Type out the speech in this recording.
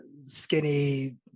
skinny